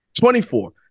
24